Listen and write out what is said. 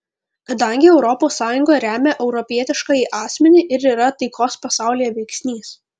kadangi europos sąjunga remia europietiškąjį asmenį ir yra taikos pasaulyje veiksnys